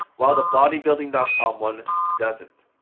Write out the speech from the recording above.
while the bodybuilding dot com one doesn't.